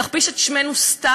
להכפיש את שמנו סתם.